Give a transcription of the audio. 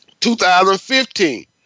2015